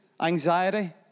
anxiety